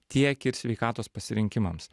tiek ir sveikatos pasirinkimams